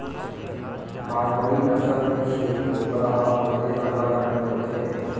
बारबरी नसल के छेरी बोकरा ह अलगे अलग रंग के होथे